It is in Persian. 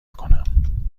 کنم